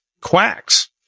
quacks